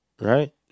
right